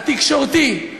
התקשורתי,